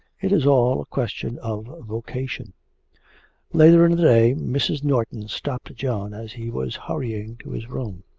it is all a question of vocation later in the day mrs. norton stopped john as he was hurrying to his room.